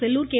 Sellur K